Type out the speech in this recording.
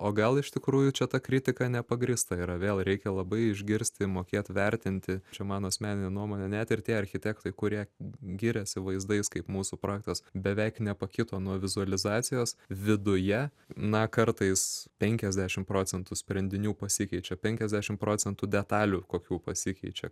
o gal iš tikrųjų čia ta kritika nepagrįsta yra vėl reikia labai išgirsti mokėt vertinti čia mano asmeninė nuomonė net ir tie architektai kurie giriasi vaizdais kaip mūsų projektas beveik nepakito nuo vizualizacijos viduje na kartais penkiasdešim procentų sprendinių pasikeičia penkiasdešim procentų detalių kokių pasikeičia